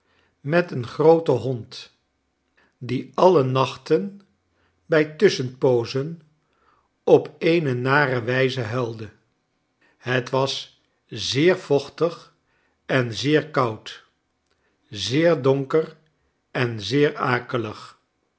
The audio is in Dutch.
met een grooten hond die alle nachten by tusschenpoozen op eene nare wijze huilde het was zeer vochtig en zeer koud zeer donker en zeer akelig